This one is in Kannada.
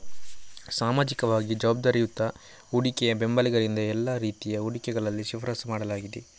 ಸಾಮಾಜಿಕವಾಗಿ ಜವಾಬ್ದಾರಿಯುತ ಹೂಡಿಕೆಯ ಬೆಂಬಲಿಗರಿಂದ ಎಲ್ಲಾ ರೀತಿಯ ಹೂಡಿಕೆಗಳಲ್ಲಿ ಶಿಫಾರಸು ಮಾಡಲಾಗಿದೆ